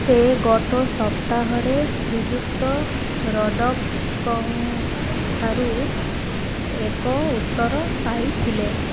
ସେ ଗତ ସପ୍ତାହରେ ଶ୍ରୀଯୁକ୍ତ ରଡ଼କ୍ଙ୍କ ଠାରୁ ଏକ ଉତ୍ତର ପାଇଥିଲେ